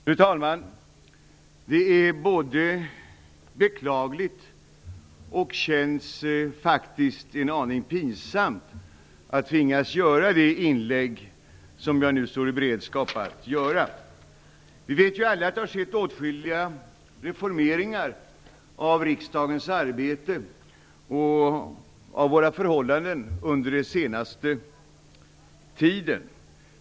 Fru talman! Det är både beklagligt och känns faktiskt en aning pinsamt att tvingas göra det inlägg som jag nu står i beredskap att göra. Vi vet ju alla att det har skett åtskilliga reformeringar av riksdagens arbete och våra förhållanden under den senaste tiden.